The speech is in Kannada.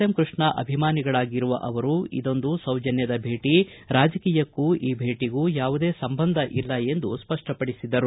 ಎಂ ಕೃಷ್ಣ ಅಭಿಮಾನಿಗಳಾಗಿದ್ದಾರೆ ಇದೊಂದು ಸೌಜನ್ಯದ ಭೇಟಿ ರಾಜಕೀಯಕ್ಕೂ ಈ ಭೇಟಗೂ ಯಾವುದೇ ಸಂಬಂಧ ಇಲ್ಲ ಎಂದು ಸ್ಪಷ್ಟಪಡಿಸಿದರು